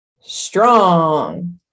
strong